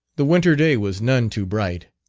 the winter day was none too bright,